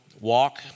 walk